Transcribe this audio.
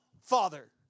Father